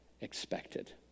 expected